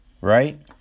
right